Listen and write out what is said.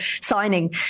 signing